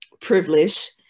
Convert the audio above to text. privilege